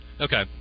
Okay